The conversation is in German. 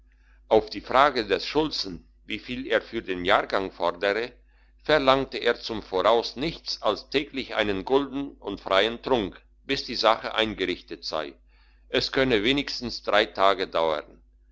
auf die frage des schulzen wieviel er für den jahrgang fordere verlangte er zum voraus nichts als täglich einen gulden und freien trunk bis die sache eingerichtet sei es könne wenigstens drei tage dauern